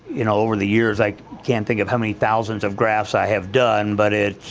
you know, over the years, i can't think of how many thousands of grafts i have done but,